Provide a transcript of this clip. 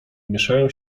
mieszają